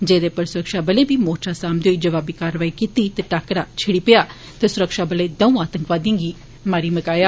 जेदे पर सुरक्षाबले बी मोर्चा साम्बदे होई जवाबी कारवाई कीती ते टाकरा छिडी पेया ते सुरक्षाबले द'ऊं आतंकवादिएं गी मारी मकाया